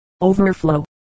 overflow